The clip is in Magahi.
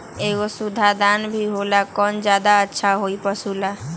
एगो सुधा दाना भी होला कौन ज्यादा अच्छा होई पशु ला?